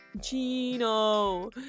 Gino